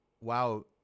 Wow